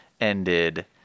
ended